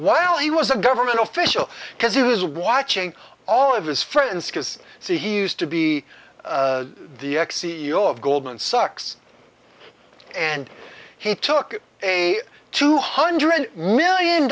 while he was a government official because he was watching all of his friends because he used to be the ex c e o of goldman sachs and he took a two hundred million